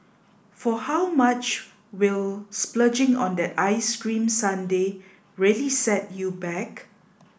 for how much will splurging on that ice cream sundae really set you back